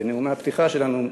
בנאומי הפתיחה שלנו,